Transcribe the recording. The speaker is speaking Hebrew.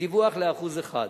בדיווח ל-1%.